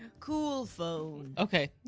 cool phone. okay,